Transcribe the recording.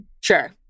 Sure